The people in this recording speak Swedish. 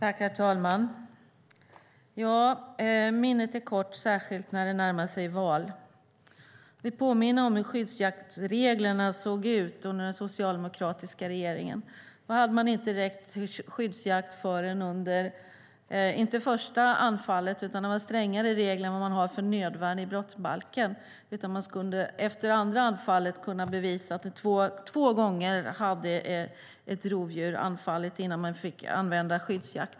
Herr talman! Minnet är kort, särskilt när det närmar sig val. Jag vill påminna om hur skyddsjaktsreglerna såg ut under den socialdemokratiska regeringen. Då hade man inte rätt till skyddsjakt efter första anfallet, utan det var strängare regler än för nödvärn i brottsbalken. Man skulle kunna bevisa att ett rovdjur hade anfallit två gånger innan man fick använda skyddsjakt.